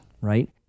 right